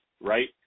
right